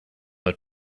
are